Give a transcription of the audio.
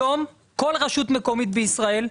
היום כל רשות מקומית בישראל,